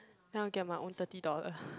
then I'll get my own thirty dollar